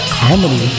comedy